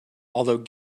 although